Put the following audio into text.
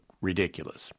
ridiculous